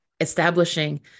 establishing